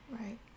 right